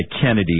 Kennedy